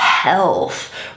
health